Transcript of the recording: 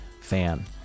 fan